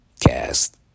Cast